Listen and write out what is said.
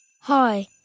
Hi